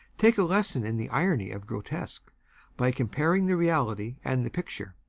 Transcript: take a lesson in the irony of grotesque by comparing the reality and the picture.